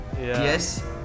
yes